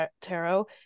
tarot